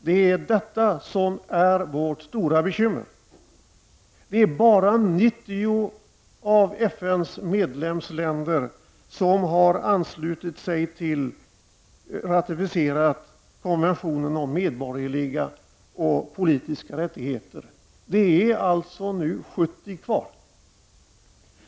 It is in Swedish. Det är detta som är vårt stora bekymmer. Det är bara 90 av FNs medlemsländer som har anslutit sig till och ratificerat konventionen om medborgerliga och politiska rättigheter. Det återstår alltså nu 70 länder.